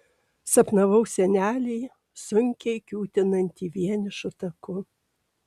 sapnavau senelį sunkiai kiūtinantį vienišu taku